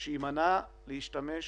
שימנע משימוש